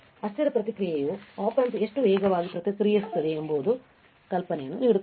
ಅಸ್ಥಿರ ಪ್ರತಿಕ್ರಿಯೆಯು Op amp ಎಷ್ಟು ವೇಗವಾಗಿ ಪ್ರತಿಕ್ರಿಯಿಸುತ್ತದೆ ಎಂಬ ಕಲ್ಪನೆಯನ್ನು ನೀಡುತ್ತದೆ